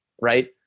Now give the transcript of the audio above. right